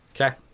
Okay